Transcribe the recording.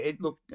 look